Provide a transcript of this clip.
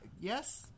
Yes